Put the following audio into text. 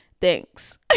thanks